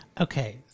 Okay